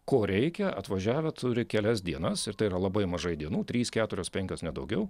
ko reikia atvažiavę turi kelias dienas ir tai yra labai mažai dienų trys keturios penkios ne daugiau